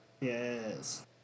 Yes